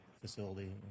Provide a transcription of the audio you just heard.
facility